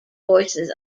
voices